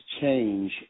change